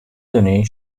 دونی